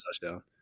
touchdown